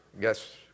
yes